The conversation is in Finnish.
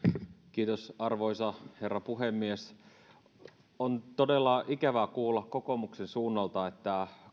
arvoisa herra puhemies on todella ikävää kuulla kokoomuksen suunnalta että